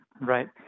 Right